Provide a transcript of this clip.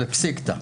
זה פסיקתא,